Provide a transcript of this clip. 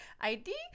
ID